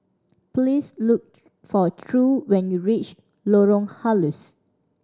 please look for True when you reach Lorong Halus